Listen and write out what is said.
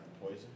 poison